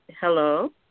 Hello